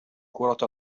كرة